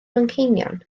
manceinion